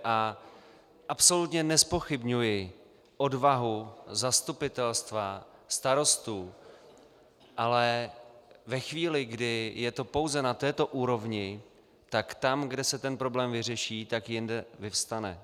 Absolutně nezpochybňuji odvahu zastupitelstva, starostů, ale ve chvíli, kdy je to pouze na této úrovni, tak tam, kde se problém vyřeší, jinde vyvstane.